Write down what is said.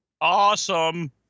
Awesome